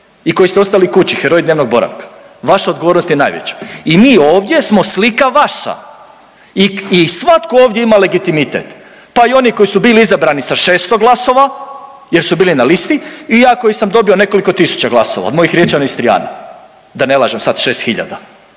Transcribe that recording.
i koji ste ostali kući, heroji dnevnog boravka, vaša odgovornost je najveća i mi ovdje smo slika vaša i, i svatko ovdje ima legitimitet, pa i oni koji su bili izabrani sa 600 glasova jer su bili na listi i ja koji sam dobio nekoliko tisuća glasova od mojih Riječana i Istrijana, a ne lažem sad 6 hiljada,